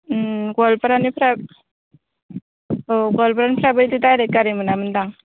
गवालपारानिफ्राय औ गवालपारानिफ्राय बिदि दायरेक्त गारि मोनामोन दां